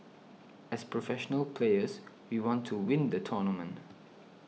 as professional players we want to win the tournament